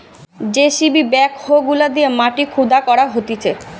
JCB backhoe গুলা দিয়ে মাটি খুদা করা হতিছে